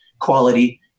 quality